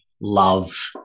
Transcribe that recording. love